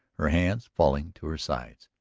her hands falling to her sides.